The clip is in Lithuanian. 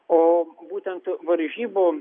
o būtent varžybų